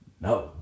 No